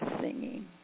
singing